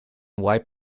white